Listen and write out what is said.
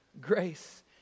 grace